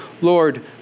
Lord